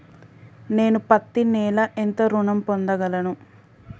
నేను పత్తి నెల ఎంత ఋణం పొందగలను?